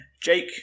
Jake